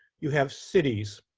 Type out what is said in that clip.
you have cities,